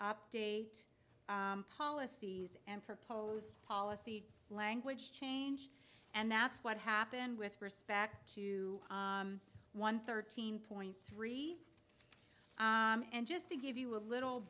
update policies and proposed policy language change and that's what happened with respect to one thirteen point three and just to give you a little